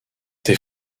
t’es